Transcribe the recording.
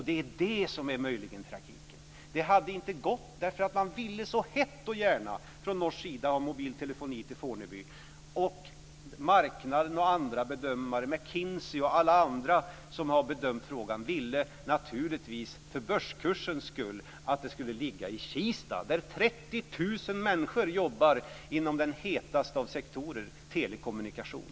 Det är möjligen däri som tragiken ligger. Det hade inte gått, eftersom man från norsk sida så hett och gärna ville få mobil telefoni till Fornebu. Marknaden och andra bedömare, McKinsey och alla andra som bedömt frågan, ville naturligtvis - för börskursens skull - att den mobila telefonin skulle ligga i Kista. Där jobbar 30 000 människor inom den hetaste av sektorer, telekommunikation.